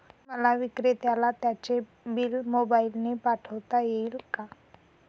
मला विक्रेत्याला त्याचे बिल मोबाईलने पाठवता येईल का?